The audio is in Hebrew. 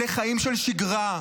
לחיים של שגרה,